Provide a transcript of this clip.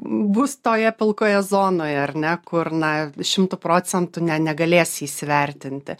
bus toje pilkoje zonoje ar ne kur na šimtu procentų ne negalės įsivertinti